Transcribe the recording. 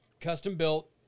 Custom-built